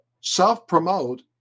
self-promote